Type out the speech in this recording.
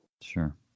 Sure